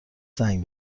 زنگ